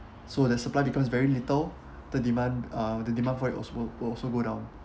so the supply becomes very little the demand uh the demand for it also would also go down